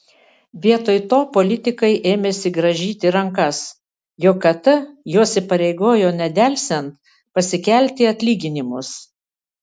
vietoj to politikai ėmėsi grąžyti rankas jog kt juos įpareigojo nedelsiant pasikelti atlyginimus